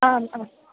आम् आम्